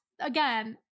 again